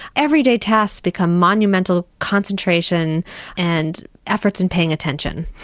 everyday tasks become monumental concentration and efforts in paying attention.